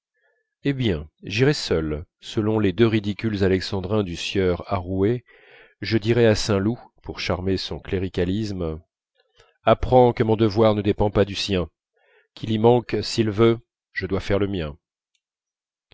hé bien j'irai seul selon les deux ridicules alexandrins du sieur arouet je dirai à saint loup pour charmer son cléricalisme apprends que mon devoir ne dépend pas du sien qu'il y manque s'il veut je dois faire le mien